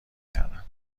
کردم